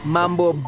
Mambo